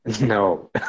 No